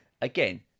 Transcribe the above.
Again